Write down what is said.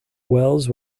welles